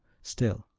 still,